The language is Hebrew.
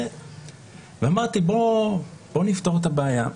אמרתי: נפתור את הבעיה.